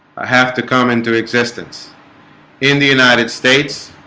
i have to come into existence in the united states